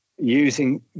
using